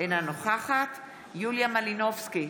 אינה נוכחת יוליה מלינובסקי,